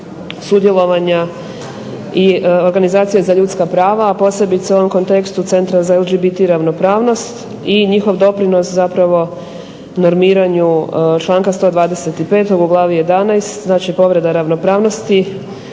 sudjelovanja organizacije za ljudska prava a posebice u ovom kontekst Centra za ... ravnopravnost i njihov doprinos u normiranju članka 125. u glavi 11. znači povreda ravnopravnosti,